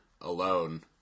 alone